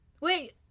Wait